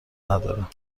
نداره